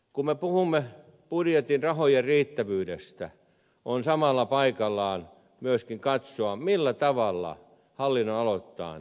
kun me puhumme budjetin rahojen riittävyydestä on samalla paikallaan myöskin katsoa millä tavalla hallinnonaloittain rahoja käytetään